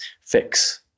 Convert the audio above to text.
fix